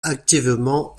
activement